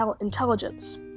intelligence